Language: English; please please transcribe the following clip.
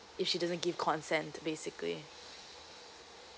if she doesn't give consent basically